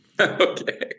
Okay